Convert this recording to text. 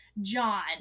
John